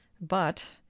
But